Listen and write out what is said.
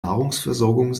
nahrungsversorgung